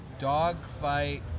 dogfight